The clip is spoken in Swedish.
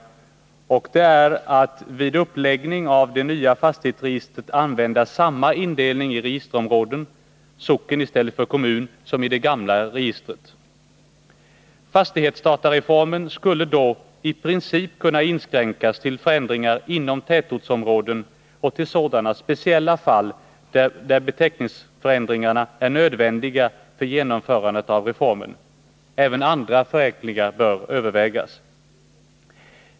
Den åtgärden är att vid uppläggning av det nya fastighetsregistret använda samma indelning i registerområden — socken i stället för kommun — som i det gamla registret. Fastighetsdatareformen skulle då i princip kunna inskränkas till ändringar inom tätortsområden och till sådana speciella fall där beteckningsändringar är nödvändiga för genomförandet av reformen. Även andra förenklingar bör övervägas.